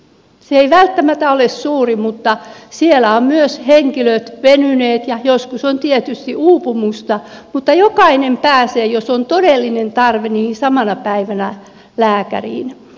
se ei välttämättä ole suuri mutta siellä ovat myös henkilöt venyneet ja joskus on tietysti uupumusta mutta jokainen pääsee jos on todellinen tarve samana päivänä lääkäriin